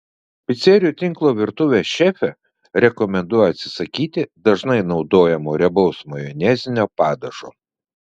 picerijų tinklo virtuvės šefė rekomenduoja atsisakyti dažnai naudojamo riebaus majonezinio padažo